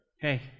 Hey